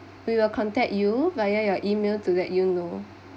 we will contact you via your email to let you know